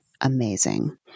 amazing